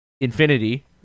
infinity